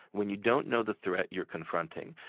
when you don't know the threat you're confronting,